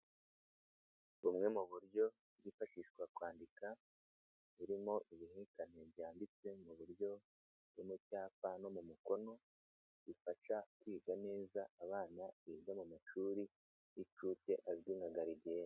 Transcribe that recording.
Bumwe mu buryo bwifashishwa kwandika, burimo ibihekane byanditse mu buryo buri mu cyapa no mu mukono, bifasha kwiga neza abana biga mu mashuri y'incuke, azwi nka garidiyene.